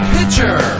Pitcher